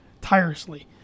tirelessly